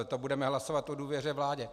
To budeme hlasovat o důvěře vládě.